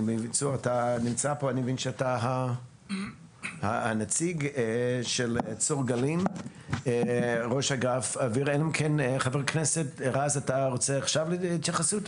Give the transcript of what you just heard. אני מבין שאתה הנציג של -- אלא אם כן חבר הכנסת רז רוצה להתייחס.